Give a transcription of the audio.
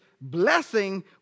blessing